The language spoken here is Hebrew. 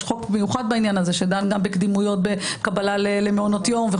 יש חוק מיוחד בעניין הזה שדן גם בקדימויות בקבלה למעונות יום.